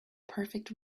perfect